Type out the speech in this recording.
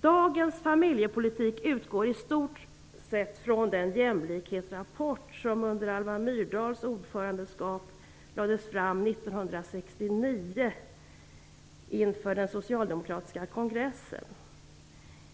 Dagens familjepolitik utgår i stort sett från den jämlikhetsrapport som under Alva Myrdals ordförandeskap lades fram 1969 inför den socialdemokratiska kongressen.